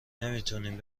نمیتونین